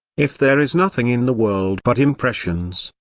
if there is nothing in the world but impressions,